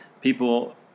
people